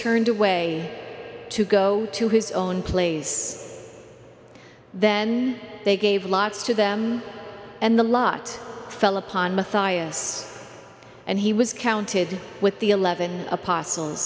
turned away to go to his own place then they gave lots to them and the lot fell upon matthias and he was counted with the eleven apostles